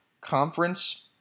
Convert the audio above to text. conference